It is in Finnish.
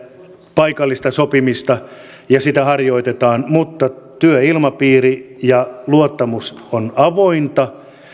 paikallista sopimista ja sitä harjoitetaan mutta työilmapiiri ja luottamus on avointa